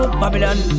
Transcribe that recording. Babylon